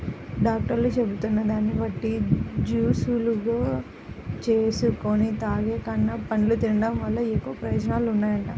డాక్టర్లు చెబుతున్న దాన్ని బట్టి జూసులుగా జేసుకొని తాగేకన్నా, పండ్లను తిన్డం వల్ల ఎక్కువ ప్రయోజనాలుంటాయంట